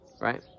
right